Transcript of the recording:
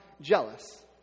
jealous